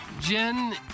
Jen